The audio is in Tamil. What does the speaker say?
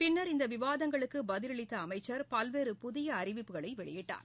பின்னர் இந்தவிவாதங்களுக்குபதிலளித்தஅமைச்சர் பல்வேறு புதியஅறிவிப்புகளைவெளியிட்டார்